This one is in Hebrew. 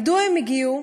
מדוע הם הגיעו?